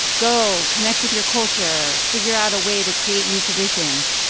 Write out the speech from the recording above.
go. connect with your culture. figure out a way to create new traditions.